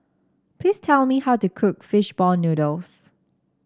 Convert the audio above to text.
please tell me how to cook fish ball noodles